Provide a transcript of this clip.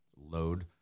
load